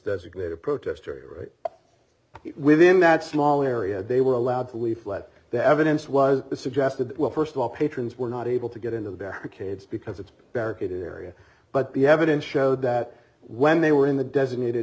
designate a protester within that small area they were allowed to leave but the evidence was suggested well first of all patrons were not able to get into the barricades because it's barricaded area but the evidence showed that when they were in the designated